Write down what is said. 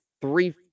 three